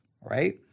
right